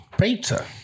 pizza